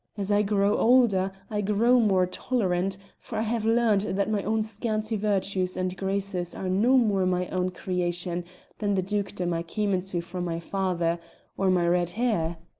as i grow older i grow more tolerant, for i have learned that my own scanty virtues and graces are no more my own creation than the dukedom i came into from my father or my red hair.